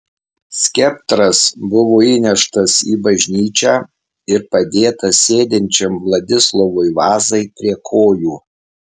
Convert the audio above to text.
skeptras buvo įneštas į bažnyčią ir padėtas sėdinčiam vladislovui vazai prie kojų